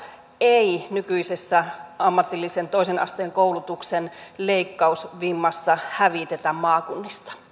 ei nykyisessä ammatillisen toisen asteen koulutuksen leikkausvimmassa hävitetä maakunnista